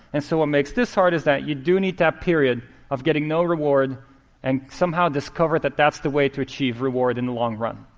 and so what makes this hard is that you do need that period of getting no reward and somehow discover that that's the way to achieve reward in the long run.